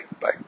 Bye